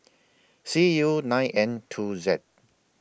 C U nine N two Z